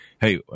Hey